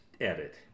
edit